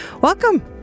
welcome